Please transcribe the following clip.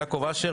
יעקב אשר,